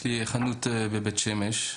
יש לי חנות בבית שמש.